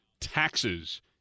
taxes